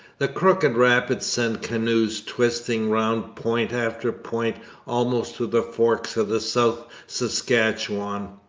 the crooked rapids send canoes twisting round point after point almost to the forks of the south saskatchewan.